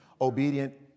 Obedient